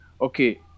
okay